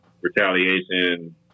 retaliation